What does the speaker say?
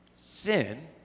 Sin